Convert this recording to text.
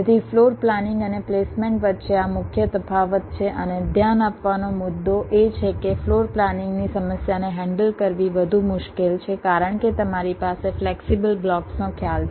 તેથી floor planning અને placement વચ્ચે આ મુખ્ય તફાવત છે અને ધ્યાન આપવાનો મુદ્દો એ છે કે ફ્લોર પ્લાનિંગની સમસ્યાને હેન્ડલ કરવી વધુ મુશ્કેલ છે કારણ કે તમારી પાસે ફ્લેક્સિબલ બ્લોક્સનો ખ્યાલ છે